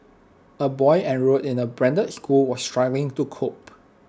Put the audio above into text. A boy enrolled in A branded school was struggling to cope